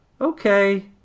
okay